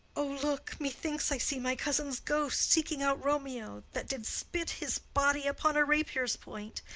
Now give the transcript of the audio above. o, look! methinks i see my cousin's ghost seeking out romeo, that did spit his body upon a rapier's point.